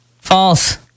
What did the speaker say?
False